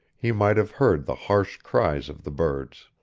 he might have heard the harsh cries of the birds.